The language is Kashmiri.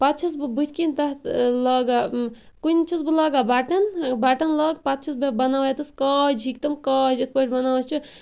پَتہٕ چھَس بہٕ بٕتھ کَنہِ تتھ لاگا کُنہ چھَس بہٕ لاگان بَٹَن بَٹَن لاگہٕ پَتہٕ چھَس بہٕ بَناوان ییٚتَس کاج ہِکھ تِم کاج اِتھ پٲٹھۍ بَناوان چھِ